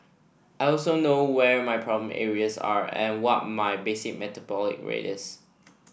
I also know where my problem areas are and what my basic metabolic rate is